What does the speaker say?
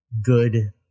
good